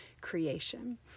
creation